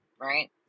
right